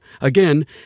Again